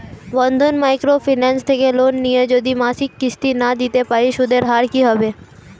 বন্ধন micro finance থেকে loan নিয়ে যদি মাসিক কিস্তি না দিতে পারি সুদের হার কি হবে?